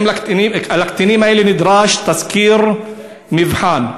לקטינים האלה נדרש תסקיר מבחן.